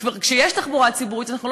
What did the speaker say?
וכשכבר יש תחבורה ציבורית אנחנו לא